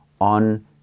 on